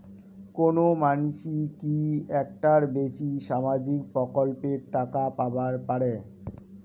কোনো মানসি কি একটার বেশি সামাজিক প্রকল্পের টাকা পাবার পারে?